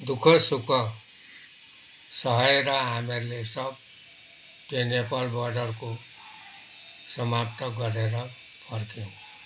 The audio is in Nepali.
दुःख सुख सहेर हामीले सब त्यो नेपाल बोर्डरको समाप्त गरेर फर्क्यौँ